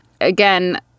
again